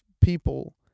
people